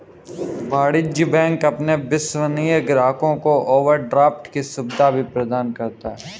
वाणिज्य बैंक अपने विश्वसनीय ग्राहकों को ओवरड्राफ्ट की सुविधा भी प्रदान करता है